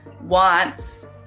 wants